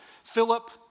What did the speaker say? Philip